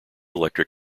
electric